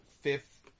fifth